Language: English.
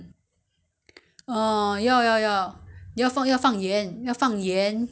rice would be nicer with the pandan leave and salt ya alright